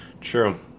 True